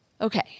Okay